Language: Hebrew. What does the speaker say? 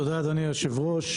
תודה אדוני היושב-ראש.